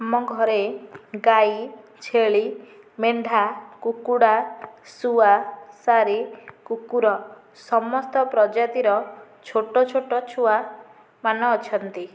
ଆମ ଘରେ ଗାଈ ଛେଳି ମେଣ୍ଢା କୁକୁଡ଼ା ଶୁଆ ସାରି କୁକୁର ସମସ୍ତ ପ୍ରଜାତିର ଛୋଟ ଛୋଟ ଛୁଆ ମାନ ଅଛନ୍ତି